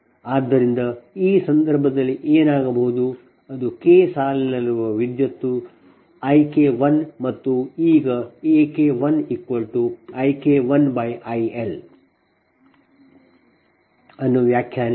ಆದ್ದರಿಂದ ಆ ಸಂದರ್ಭದಲ್ಲಿ ಏನಾಗಬಹುದು ಅದು K ಸಾಲಿನಲ್ಲಿರುವ ವಿದ್ಯುತ್ I K1 ಮತ್ತು ಈಗ AK1IK1IL ಅನ್ನು ವ್ಯಾಖ್ಯಾನಿಸೋಣ